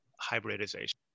hybridization